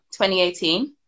2018